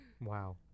Wow